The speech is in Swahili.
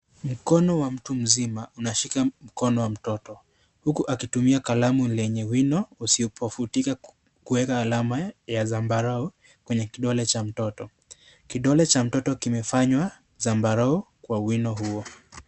Mkono wa mtu mzima unashika mkono wa mtoto .huku akitumia kalamu lenye wino usipofutika kuweka alama ya zambarau kwenye kidole cha mtoto .kidole cha mtoto kimefanywa zambarau kwa wino huo.